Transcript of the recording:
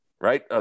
right